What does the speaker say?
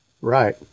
Right